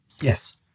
Yes